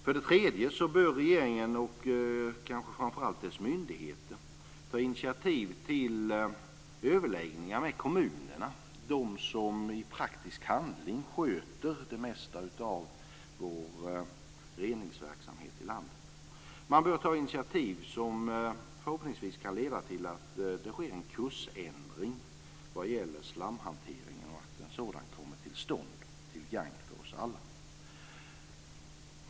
För det tredje bör regeringen och framför allt dess myndigheter ta initiativ till överläggningar med kommunerna, de som i praktisk handling sköter det mesta av vår reningsverksamhet i landet. Man bör ta initiativ som förhoppningsvis leder till att det sker en kursändring vad gäller slamhanteringen till gagn för oss alla.